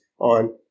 on